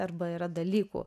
arba yra dalykų